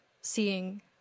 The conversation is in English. seeing